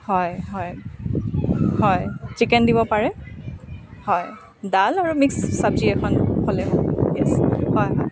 হয় হয় হয় চিকেন দিব পাৰে হয় ডাল আৰু মিক্স চব্জি এখন হ'লে হ'ব হয়